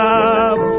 up